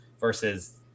versus